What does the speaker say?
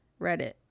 Reddit